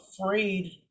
afraid